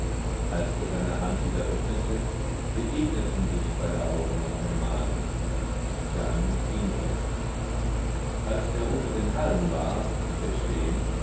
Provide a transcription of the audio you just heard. als er seine hand wieder öffnete begegneten sich beider augen noch einmal dann ging er als er unter den hallen war blieb er stehen